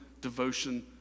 devotion